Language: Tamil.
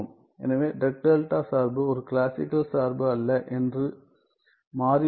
எனவே டிராக் டெல்டா சார்பு ஒரு கிளாசிக்கல் சார்பு அல்ல என்று மாறிவிடும்